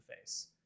face